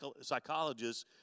psychologists